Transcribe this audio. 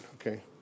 okay